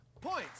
Points